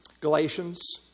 Galatians